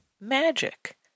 magic